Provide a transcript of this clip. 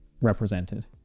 represented